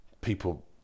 people